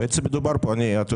אתה יודע,